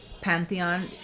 Pantheon